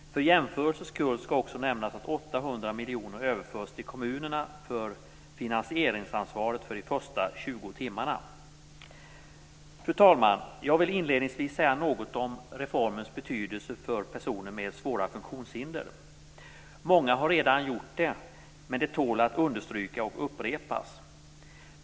För jämförelsens skull skall också omnämnas att Fru talman! Jag vill inledningsvis säga något om reformens betydelse för personer med svåra funktionshinder. Många har redan gjort det, men det tål att understrykas och upprepas.